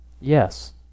Yes